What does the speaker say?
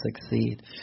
succeed